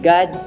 God